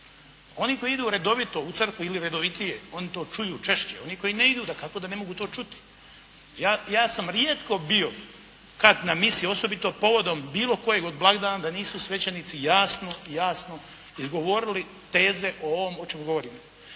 Oni koji idu redovito u crkvu ili redovitije, oni to čuju češće. Oni koji ne idu, dakako da ne mogu to čuti. Ja sam rijetko bio kad na misi osobito povodom bilo kojeg od blagdana da nisu svećenici jasno izgovorili teze o ovom o čemu govorim.